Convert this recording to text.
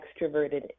extroverted